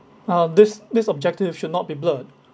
now this this objective should not be blurred